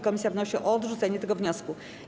Komisja wnosi o odrzucenie tego wniosku.